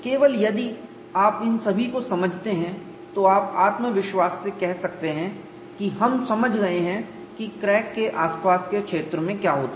केवल यदि आप इन सभी को समझते हैं तो आप आत्मविश्वास से कह सकते हैं कि हम समझ गए हैं कि क्रैक के आसपास के क्षेत्र में क्या होता है